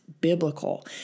biblical